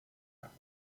haben